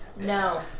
No